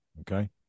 okay